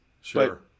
Sure